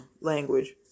language